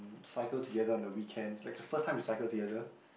cycle together on the weekends like the first time we cycle together